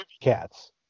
Cats